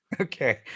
Okay